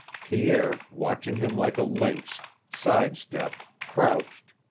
pierre, watching him like a lynx, side-stepped, crouched,